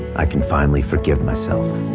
i can finally forgive myself.